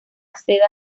seda